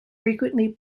frequently